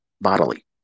bodily